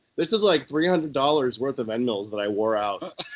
this is like three hundred dollars worth of end mills that i wore out.